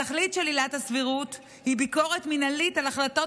התכלית של עילת הסבירות היא ביקורת מינהלית על החלטות